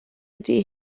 ydy